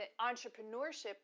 entrepreneurship